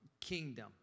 kingdom